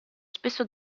spesso